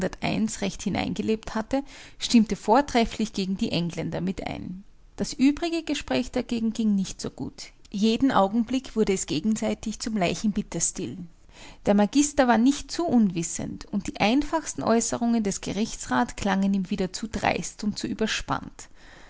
recht hineingelebt hatte stimmte vortrefflich gegen die engländer mit ein das übrige gespräch dagegen ging nicht so gut jeden augenblick wurde es gegenseitig zum leichenbitterstyl der magister war nicht zu unwissend und die einfachsten äußerungen des gerichtsrats klangen ihm wieder zu dreist und zu überspannt